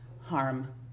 harm